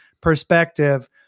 perspective